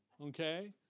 Okay